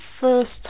first